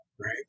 right